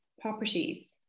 properties